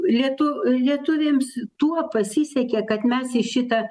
lietu lietuviams tuo pasisekė kad mes į šitą